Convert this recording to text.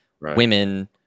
women